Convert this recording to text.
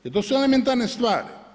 Jer to su elementarne stvari.